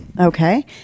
Okay